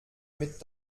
mit